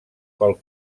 pel